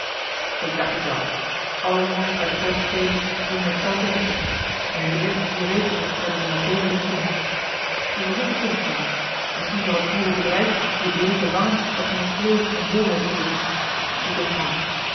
ik dacht het wel alle jongens uit de groote steden zingen hetzelfde liedje en in de eerste vier weken hebben ze er veel lust in je verzoek is toegestaan misschien zal het boerenbedrijf je bleeke wangen wat meer kleur en bolheid geven je kunt gaan